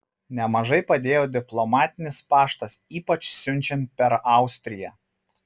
nemažai padėjo diplomatinis paštas ypač siunčiant per austriją